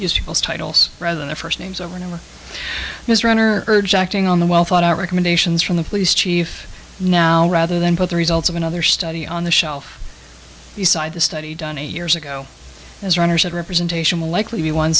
to titles rather than the first names over and over mr owner urge acting on the well thought out recommendations from the police chief now rather than put the results of another study on the shelf beside the study done eight years ago as runners had representation will likely be one